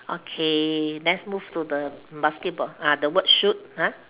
okay let's move to the basketball uh the word shoot !huh!